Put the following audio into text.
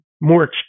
More